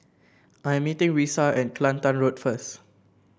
I am meeting Risa at Kelantan Road first